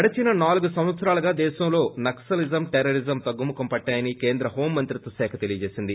గడచిన నాలుగు సంవత్సరాలుగా దేశంలో నక్సలిజం టెర్రరిజం తగ్గుముఖం పట్టాయని కేంద్ర హోం మంత్రిత్వశాఖ తెలియచేసింది